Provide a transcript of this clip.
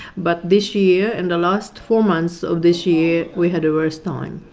but this year in the last four months of this year we had a worse time.